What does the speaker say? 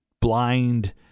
blind